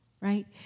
right